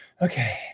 okay